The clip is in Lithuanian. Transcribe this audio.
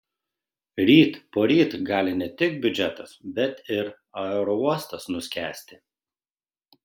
ryt poryt gali ne tik biudžetas bet ir aerouostas nuskęsti